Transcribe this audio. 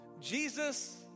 Jesus